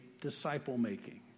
disciple-making